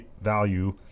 value